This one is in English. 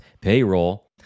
payroll